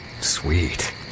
Sweet